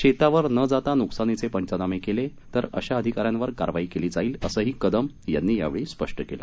शेतावर न जाता नुकसानीचे पंचनामे केले तर अशा अधिकाऱ्यांवर कारवाई केली जाईल असंही कदम यांनी यावेळी स्पष्ट केलं